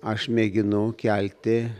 aš mėginu kelti